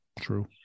True